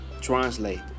translate